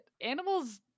animals